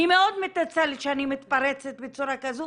אני מאוד מתנצלת שאני מתפרצת בצורה כזו,